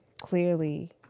clearly